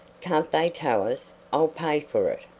can't they tow us? i'll pay for it.